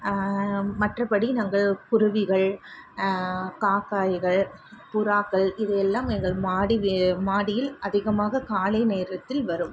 மற்றபடி நாங்க குருவிகள் காக்காய்கள் புறாக்கள் இது எல்லாம் எங்கள் மாடி வீ மாடியில் அதிகமாக காலை நேரத்தில் வரும்